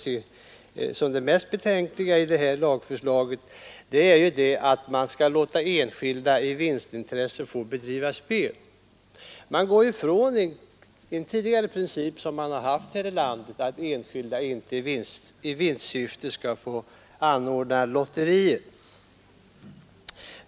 Men det mest beklagliga i föreliggande lagförslag är att enskilda människor skall få bedriva spel i vinstsyfte. Därmed går vi ifrån vår tidigare princip att enskilda inte i vinstsyfte skall få anordna lotterier.